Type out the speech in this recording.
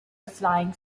flying